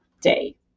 day